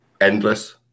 endless